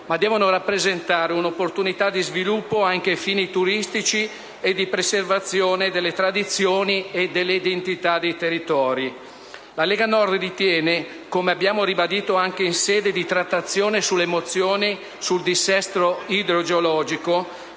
da anni, bensì un'opportunità di sviluppo, anche ai fini turistici, e di preservazione delle tradizioni e delle identità dei territori. La Lega Nord ritiene, come abbiamo ribadito in sede di trattazione delle mozioni sul dissesto idrogeologico,